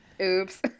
oops